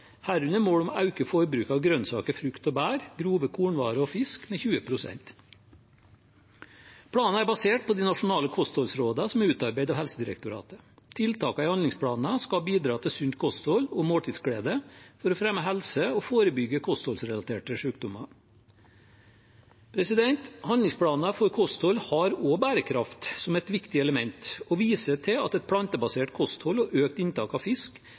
herunder mål om å øke forbruket av grønnsaker, frukt og bær, grove kornvarer og fisk med 20 pst. Planen er basert på de nasjonale kostholdsrådene som er utarbeidet av Helsedirektoratet. Tiltakene i handlingsplanen skal bidra til sunt kosthold og måltidsglede for å fremme helse og forebygge kostholdsrelaterte sykdommer. Handlingsplanen for kosthold har også bærekraft som et viktig element, og viser til at et plantebasert kosthold og økt inntak av fisk